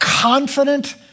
confident